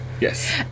Yes